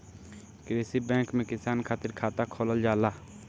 कृषि बैंक में किसान खातिर खाता खोलल जाला